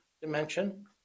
dimension